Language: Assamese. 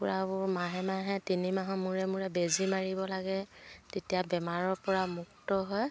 কুকুৰাবোৰ মাহে মাহে তিনিমাহৰ মূৰে মূৰে বেজী মাৰিব লাগে তেতিয়া বেমাৰৰ পৰা মুক্ত হয়